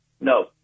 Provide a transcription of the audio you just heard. No